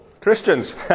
Christians